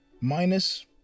minus